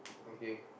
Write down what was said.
okay